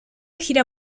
gira